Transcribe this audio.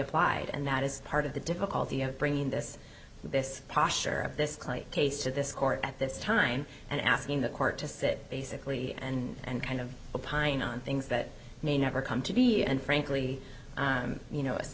applied and that is part of the difficulty of bringing this this posture of this case to this court at this time and asking the court to sit basically and kind of opine on things that may never come to be and frankly you no